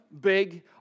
big